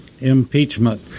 impeachment